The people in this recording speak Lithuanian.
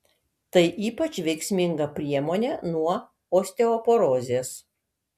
tai ypač veiksminga priemonė nuo osteoporozės